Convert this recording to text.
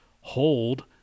Hold